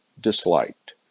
disliked